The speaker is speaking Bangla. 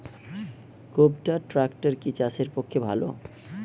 কুবটার ট্রাকটার কি চাষের পক্ষে ভালো?